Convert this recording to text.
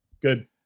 good